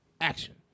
action